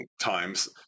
times